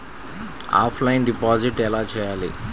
Offline deposit ఎలా చేయాలి?